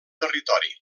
territori